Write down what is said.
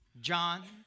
John